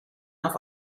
auf